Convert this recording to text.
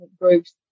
groups